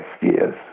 years